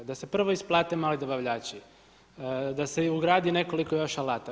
Da se prvo isplate mali dobavljači, da se ugradi nekoliko još alata.